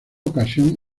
ocasión